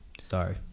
Sorry